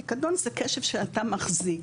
פקדון זה כסף שאתה מחזיק.